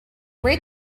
rate